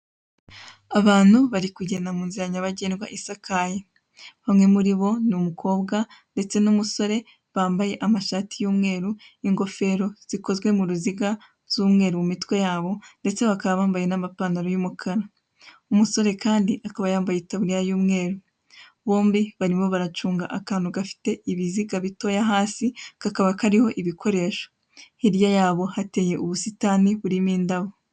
Abantu bari kugenda mu nzira nyabagendwa isakaye, bamwe muri bo ni umukobwa ndetse n'umusore bambaye amashati y'umweru n'ingofero zikozwe mu ruziga z'umweru mu mi twe yabo ndetse bakaba bambaye amapantaro y'umukara. Umusore Kandi akaba yambaye itaburiya y'umweru. Bombi barimo baracunga akantu gafite ibiziga bitoya hasi kakaba karimo ibikoresho. Hirya yabo hateye ubusitani burimo indabyo.